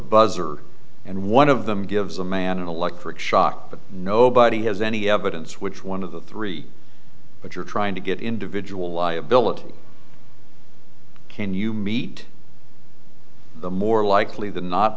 buzzer and one of them gives a man an electric shock but nobody has any evidence which one of the three but you're trying to get individual liability can you meet the more likely than not